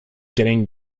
getting